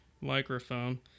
microphone